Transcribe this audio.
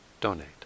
donate